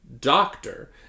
doctor